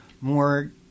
more